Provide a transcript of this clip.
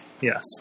yes